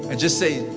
and just say,